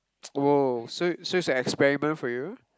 !woah! so so is an experiment for you